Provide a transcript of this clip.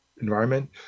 environment